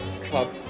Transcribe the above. Club